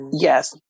Yes